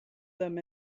them